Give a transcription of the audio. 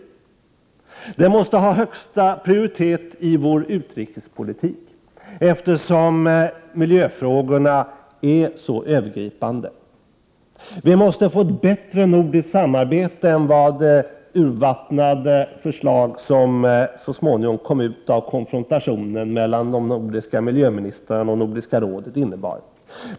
Miljöpolitiken måste ha högsta prioritet i vår utrikespolitik, eftersom miljöfrågorna är så övergripande. Vi måste få ett bättre nordiskt samarbete än vad de urvattnade förslag som så småningom kom ut av konfrontationen mellan de nordiska miljöministrarna och Nordiska rådet innebar.